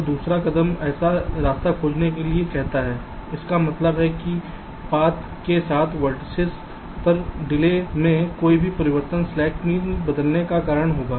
तो दूसरा कदम ऐसा रास्ता खोजने के लिए कहता है इसका मतलब है कि पाथ के साथ वेर्तिसेस पर डिले में कोई भी परिवर्तन स्लैक मीन बदलने का कारण होगा